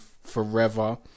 forever